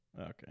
Okay